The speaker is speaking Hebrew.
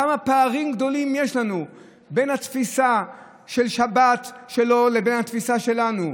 כמה פערים גדולים יש לנו בין התפיסה של השבת שלו לבין התפיסה שלנו.